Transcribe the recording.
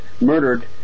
murdered